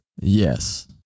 Yes